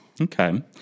Okay